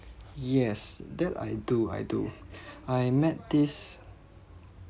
yes that I do I do I met this